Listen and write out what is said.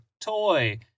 toy